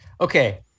Okay